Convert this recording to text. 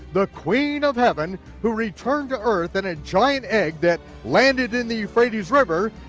the queen of heaven who returned to earth in a giant egg that landed in the euphrates river,